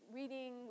reading